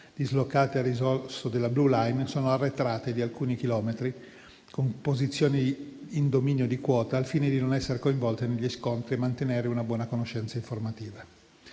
dislocate a ridosso della *blue line*, sono arretrate di alcuni chilometri con posizioni in dominio di quota, al fine di non essere coinvolte negli scontri e mantenere una buona conoscenza informativa.